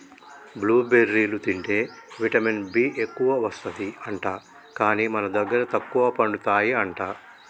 blue బెర్రీలు తింటే vitamin B ఎక్కువస్తది అంట, కానీ మన దగ్గర తక్కువ పండుతాయి అంట